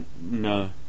No